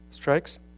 Strikes